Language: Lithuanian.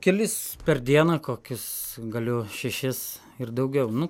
kelis per dieną kokius galiu šešis ir daugiau nu